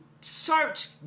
search